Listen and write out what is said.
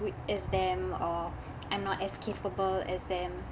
good as them or I'm not as capable as them